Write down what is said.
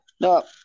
No